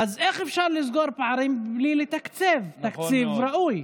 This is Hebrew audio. אז איך אפשר לסגור פערים בלי לתקצב תקציב ראוי?